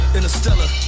Interstellar